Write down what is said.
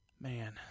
Man